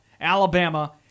Alabama